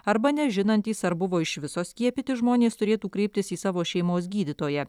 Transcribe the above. arba nežinantys ar buvo iš viso skiepyti žmonės turėtų kreiptis į savo šeimos gydytoją